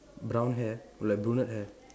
brown hair like brunette hair